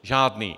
Žádný.